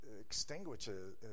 extinguishes